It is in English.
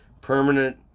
permanent